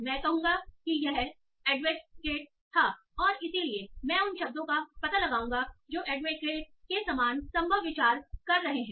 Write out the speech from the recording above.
मैं कहूंगा कि यह एडेक्वेट था और इसलिए मैं उन शब्दों का पता लगाऊंगा जो एडेक्वेट के समान संभव विचार कर रहे हैं